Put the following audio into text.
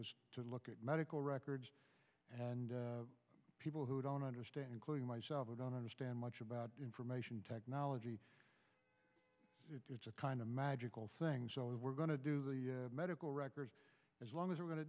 to look at medical records and people who don't understand including myself i don't understand much about information technology it's a kind of magical things we're going to do the medical records as long as we're going to